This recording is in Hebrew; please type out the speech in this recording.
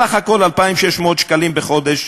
סך הכול 2,600 שקלים בחודש,